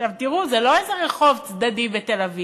עכשיו, תראו, זה לא איזה רחוב צדדי בתל-אביב,